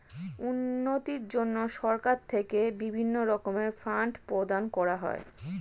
উন্নতির জন্য সরকার থেকে বিভিন্ন রকমের ফান্ড প্রদান করা হয়